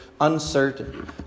uncertain